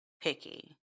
picky